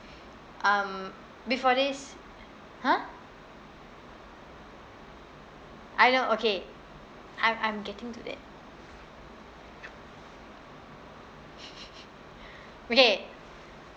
um before this !huh! I know okay I'm I'm getting to that okay